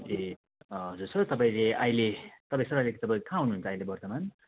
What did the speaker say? ए ह हजुर सर तपाईँले अहिले तपाईँ सर तपाईँ कहाँ हुनु हुन्छ अहिले वर्तमान